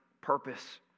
purpose